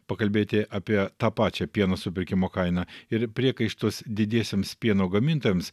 pakalbėti apie tą pačią pieno supirkimo kainą ir priekaištus didiesiems pieno gamintojams